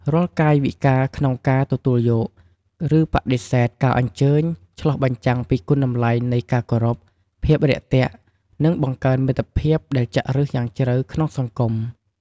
រាល់កាយវិការក្នុងការទទួលយក ឬបដិសេធការអញ្ជើញ ឆ្លុះបញ្ចាំងពីគុណតម្លៃនៃការគោរព ភាពរាក់ទាក់ និងបង្កើនមិត្តភាពដែលចាក់ឫសយ៉ាងជ្រៅក្នុងសង្គម។